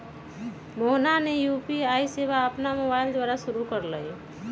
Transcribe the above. मोहना ने यू.पी.आई सेवा अपन मोबाइल द्वारा शुरू कई लय